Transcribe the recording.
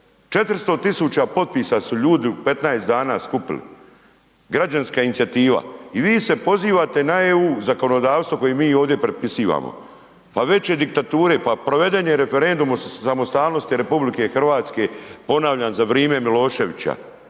400 tisuća potpisa su ljudi u 15 dana skupili, građanska inicijativa i vi se pozivate na EU zakonodavstvo koje mi ovdje prepisivamo. Pa veće diktature, pa proveden je referendum o samostalnosti RH, ponavljam za vrijeme Miloševića,